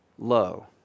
low